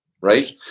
right